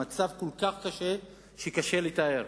המצב כל כך קשה, שקשה לתאר.